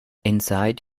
inside